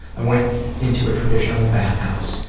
i went into a traditional bathhouse.